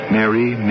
Mary